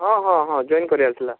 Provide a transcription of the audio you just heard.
ହଁ ହଁ ହଁ ଜଏନ୍ କରିବାର ଥିଲା